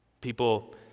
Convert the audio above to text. People